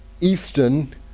Eastern